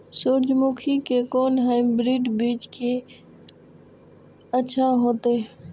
सूर्यमुखी के कोन हाइब्रिड के बीज अच्छा होते?